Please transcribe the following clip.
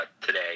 today